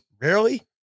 rarely